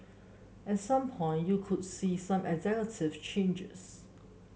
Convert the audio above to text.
at some point you could see some executive changes